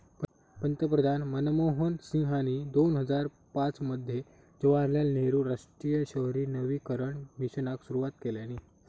पंतप्रधान मनमोहन सिंहानी दोन हजार पाच मध्ये जवाहरलाल नेहरु राष्ट्रीय शहरी नवीकरण मिशनाक सुरवात केल्यानी